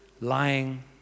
lying